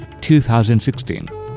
2016